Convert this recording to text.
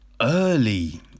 early